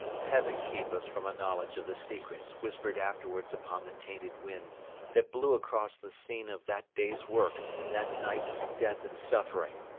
heaven keep us from a knowledge of the secrets whispered afterwards upon the tainted wind that blew across the scene of that day's work and that night's death and suffering!